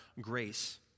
grace